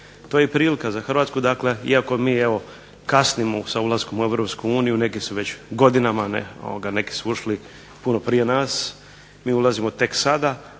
To je prilika za Hrvatsku dakle iako mi evo kasnimo sa ulaskom u EU, neki su već godinama, neki su ušli puno prije nas, mi ulazimo tek sada,